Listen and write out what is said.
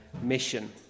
mission